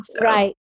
Right